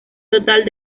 total